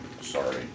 Sorry